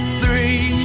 three